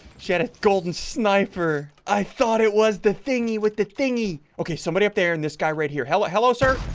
she had a golden sniper. i thought it was the thingy with the thingy. okay, somebody up there and this guy right here. hello hello, sir.